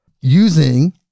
using